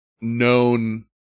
known